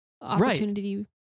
opportunity